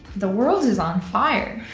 the world is on fire,